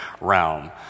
realm